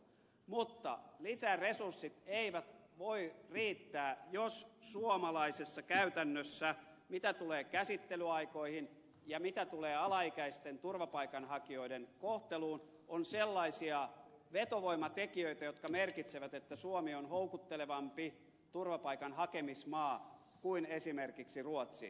mutta lisäresurssit eivät voi riittää jos suomalaisessa käytännössä mitä tulee käsittelyaikoihin ja mitä tulee alaikäisten turvapaikanhakijoiden kohteluun on sellaisia vetovoimatekijöitä jotka merkitsevät että suomi on houkuttelevampi maa turvapaikan hakemiseen kuin esimerkiksi ruotsi